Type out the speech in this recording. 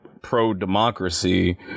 pro-democracy